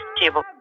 table